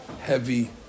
heavy